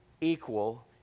equal